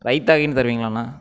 ரைத்தாகின்னு தருவீங்களாண்ணா